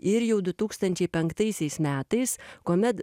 ir jau du tūkstančiai penktaisiais metais kuomet